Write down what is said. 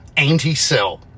Anti-cell